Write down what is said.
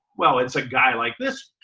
well, it's a guy like this.